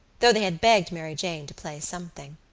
though they had begged mary jane to play something.